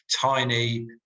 tiny